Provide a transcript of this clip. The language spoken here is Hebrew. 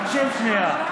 תקשיב שנייה,